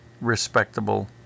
respectable